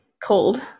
cold